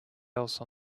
else